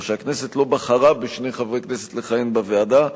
או שהכנסת לא בחרה בשני חברי כנסת לכהן בוועדה,